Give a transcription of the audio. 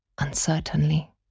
uncertainly